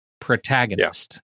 protagonist